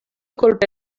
kolpe